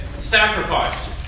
sacrifice